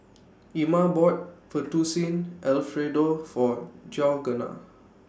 Ima bought Fettuccine Alfredo For Georganna